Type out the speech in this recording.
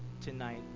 tonight